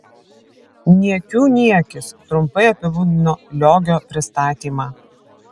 niekių niekis trumpai apibūdino liogio pristatymą